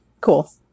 cool